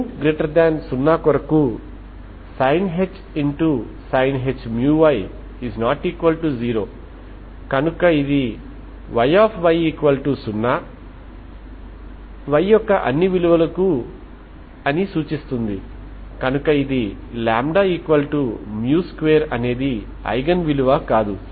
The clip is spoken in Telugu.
μ0 కొరకు sinh μy ≠0 కనుక ఇదిYy0 ∀y అని సూచిస్తుంది కనుక ఇది λ2అనేది ఐగెన్ విలువ కాదు